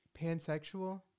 pansexual